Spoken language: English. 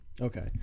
Okay